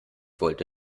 wollte